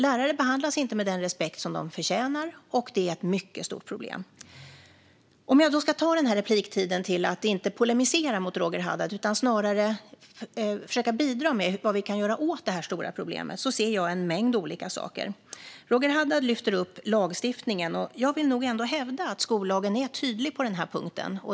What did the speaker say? Lärare behandlas inte med den respekt de förtjänar, och det är ett mycket stort problem. Jag tänkte använda det här inlägget inte till att polemisera mot Roger Haddad utan snarare till att försöka bidra med förslag på vad vi kan göra åt det här stora problemet, och där ser jag en mängd olika saker. Roger Haddad lyfter upp lagstiftningen, och jag vill nog ändå hävda att skollagen är tydlig på den här punkten.